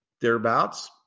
thereabouts